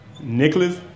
Nicholas